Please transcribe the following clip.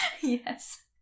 Yes